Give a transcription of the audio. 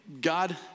God